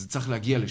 זה צריך להגיע לשם.